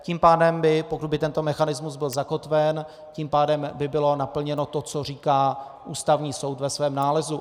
Tím pádem by, pokud by tento mechanismus byl zakotven, bylo naplněno to, co říká Ústavní soud ve svém nálezu.